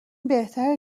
بهتره